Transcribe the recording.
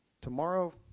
Tomorrow